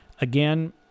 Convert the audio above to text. Again